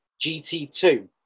GT2